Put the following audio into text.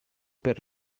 per